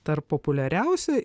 tarp populiariausių